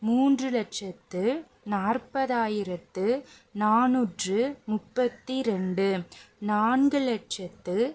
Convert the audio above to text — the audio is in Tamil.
மூன்று லட்சத்து நாற்பதாயிரத்து நானூற்று முப்பத்தி ரெண்டு நான்கு லட்சத்து